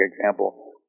example